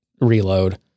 reload